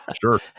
Sure